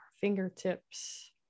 fingertips